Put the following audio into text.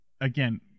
again